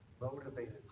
motivated